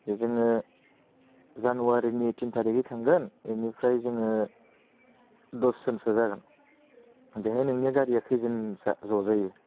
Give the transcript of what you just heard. जोङो जानुवारिनि थिन थारिगै थांगोन बेनिफ्राय जोङो दसजनसो जागोन बेहाय नोंनिया गारिया खैजोन ज'जायो